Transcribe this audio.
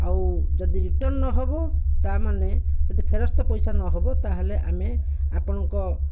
ଆଉ ଯଦି ରିଟର୍ନ୍ ନହେବ ତା'ମାନେ ଫେରସ୍ତ ପଇସା ନହେବ ତାହେଲେ ଆମେ ଆପଣଙ୍କ